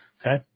Okay